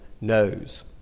knows